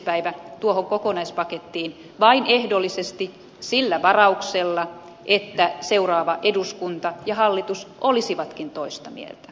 päivä tuohon kokonaispakettiin vain ehdollisesti sillä varauksella että seuraava eduskunta ja hallitus olisivatkin toista mieltä